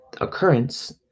occurrence